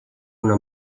una